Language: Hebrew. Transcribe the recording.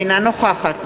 אינה נוכחת